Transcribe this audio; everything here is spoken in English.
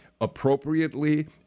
appropriately